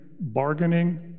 bargaining